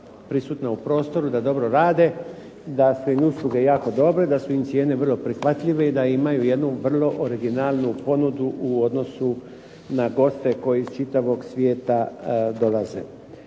prisutna u prostoru, da dobro rade, da su im usluge jako dobro, da su im cijene vrlo prihvatljive i da imaju jednu vrlo originalnu ponudu u odnosu na goste koji iz čitavog svijeta dolaze.